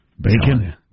bacon